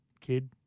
kid